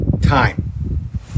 time